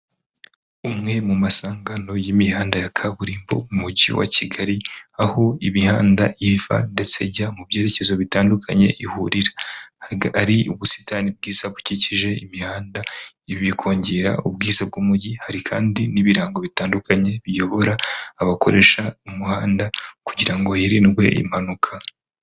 Umwe mu masangano y'imihanda ya kaburimbo mujyi wa Kigali, aho imihanda iva ndetse ijya mu byerekezo bitandukanye ihurira. Hari ubusitani bwiza bukikije imihanda. Ibi bikongera ubwiza bw'umujyi. Hari kandi n'ibirango bitandukanye biyobora abakoresha umuhanda kugira ngo hirindwe impanuka.